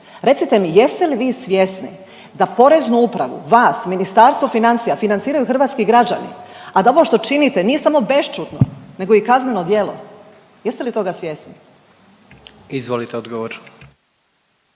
Recite mi jeste li vi svjesni da Poreznu upravu, vas, Ministarstvo financija financiraju hrvatski građani, a da ovo što činite nije samo bešćutno nego i kazneno djelo, jeste li toga svjesni? **Jandroković,